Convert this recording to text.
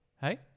Hey